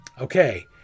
Okay